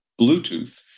Bluetooth